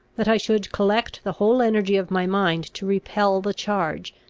that i should collect the whole energy of my mind to repel the charge,